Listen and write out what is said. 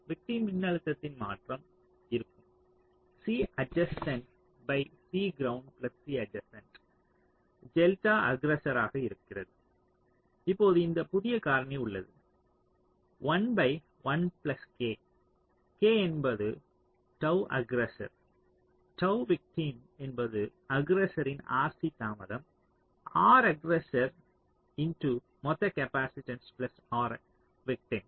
victim மின்னழுத்தத்தின் மாற்றம் இருக்கும் C adjacent C ground C adjacent delta aggressor இருக்கிறது இப்போது இந்த புதிய காரணி உள்ளது 1 1 K K என்பது டவ் அஃகிரெஸ்ஸர் டவ் விக்டிம் என்பது அஃகிரெஸ்ஸர்ரின் RC தாமதம் R அஃகிரெஸ்ஸர் x மொத்த காப்பாசிட்டன்ஸ் R விக்டிம்